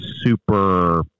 super